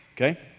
Okay